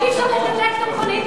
אי-אפשר לתדלק את המכונית,